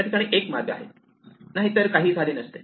त्या ठिकाणी 1 मार्ग आहे नाहीतर काहीही झाले नसते